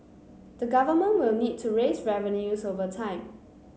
the Government will need to raise revenues over time